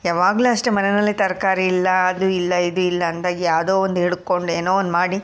ಯಾವಾಗಲೂ ಅಷ್ಟೇ ಮನೆಯಲ್ಲಿ ತರಕಾರಿ ಇಲ್ಲ ಅದು ಇಲ್ಲ ಇದು ಇಲ್ಲ ಅಂದಾಗ ಯಾವುದೋ ಒಂದು ಹಿಡ್ಕೊಂಡು ಏನೋ ಒಂದು ಮಾಡಿ